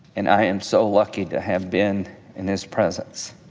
and i am so lucky to have been in his presence.